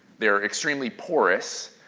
they're extremely porous,